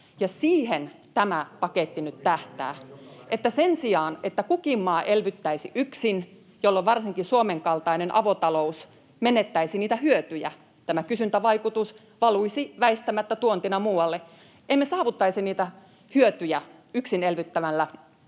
siihen tämä paketti nyt tähtää sen sijaan, että kukin maa elvyttäisi yksin, jolloin varsinkin Suomen kaltainen avotalous menettäisi niitä hyötyjä ja tämä kysyntävaikutus valuisi väistämättä tuontina muualle. Emme saavuttaisi yksin elvyttämällä